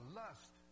lust